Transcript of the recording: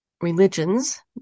religions